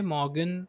Morgan